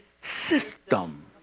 system